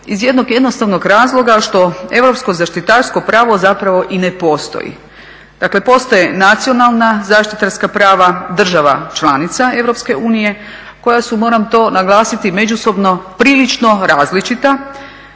iz jednog jednostavnog razloga što europsko zaštitarsko pravo zapravo i ne postoji. Dakle, postoje nacionalna zaštitarska prava država članica EU koja su moram to naglasiti međusobno prilično različita,